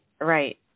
right